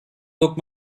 took